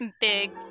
big